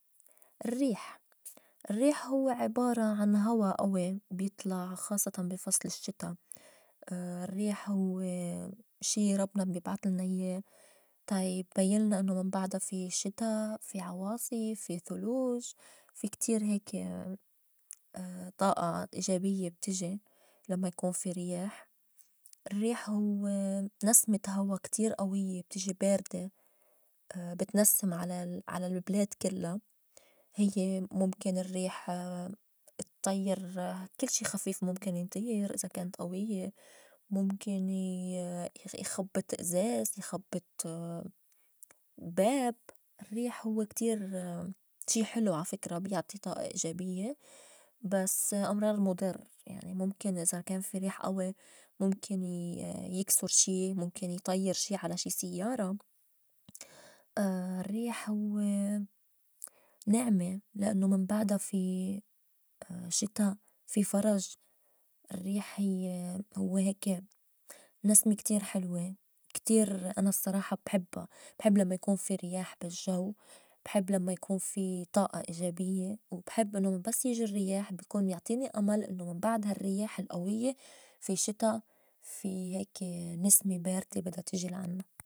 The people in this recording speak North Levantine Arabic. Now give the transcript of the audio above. الرّيح، الرّيح هوّ عِبارة عن هوا أوي بيطلع خاصّتاً بي فصل الشّتا. الرّيح هوّ شي ربنا بيبعتلنا ياه تا يبيّنلنا إنّو من بعدا في شتا، في عواصف، في ثلوج، في كتير هيكي طاقة إيجابيّة بتيجي لمّا يكون في رياح. الرّيح هوّ نسمة هوا كتير قويّة بتيجي باردة بتنسّم على ال- على البلاد كلّا. هيّ مُمكن الرّيح اتطيّر كل شي خفيف مُمكن يطير إذا كانت قويّة، مُمكن ي- يخبّط أزاز، يخبُط باب. الرّيح هوّ كتير شي حلو عا فكرة بيعطي طاقة إيجابيّة بس أمرار مُضر. يعني مُمكن إذا كان في ريح أوي مُمكن ي- يكسُر شي، مُمكن يطيّر شي على شي سِيّارة. الرّيح هوّ نعمة لأنّو من بعدا في شتا، في فرج، الرّيح هيّ هوّ هيكي نسمة كتير حلوة كتير، أنا الصّراحة بحبّا بحب لمّا يكون في رياح بالجّو، بحب لمّا يكون في طاقة إيجابيّة وبحب إنّو بس يجي الرياح بيكون يعطيني أمل إنّو من بعدا هالرياح القويّة في الشّتا في هيكي نِسمة باردة بدّا تجي لعنّا.